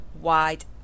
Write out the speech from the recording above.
wide